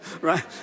right